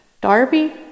Darby